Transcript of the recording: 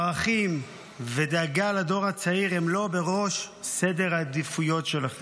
ערכים ודאגה לדור הצעיר הם לא בראש סדר העדיפויות שלכם.